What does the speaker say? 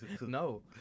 No